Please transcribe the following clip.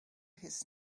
his